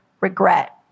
regret